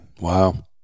Wow